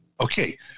Okay